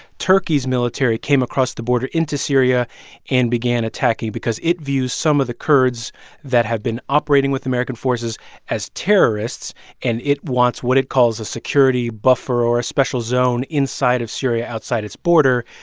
turkey's military came across the border into syria and began attacking because it views some of the kurds that have been operating with american forces as terrorists and it wants what it calls a security buffer or a special zone inside of syria outside its border.